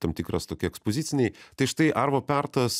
tam tikras tokie ekspoziciniai tai štai arvo pertas